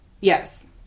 Yes